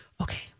Okay